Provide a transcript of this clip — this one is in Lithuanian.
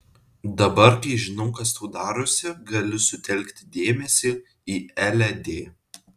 dabar kai žinau kas tau darosi galiu sutelkti dėmesį į elę d